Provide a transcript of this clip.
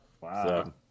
wow